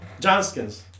Johnskins